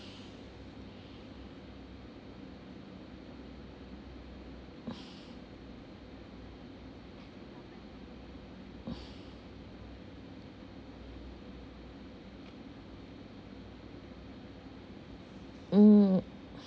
mm